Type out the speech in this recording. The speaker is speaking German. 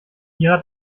ihrer